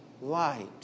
light